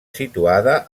situada